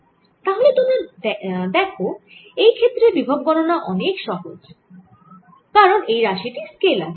তাহলে তোমরা দেখে এই ক্ষেত্রে বিভব গণনা অনেক সহজ কারণ এই রাশি টি স্কেলার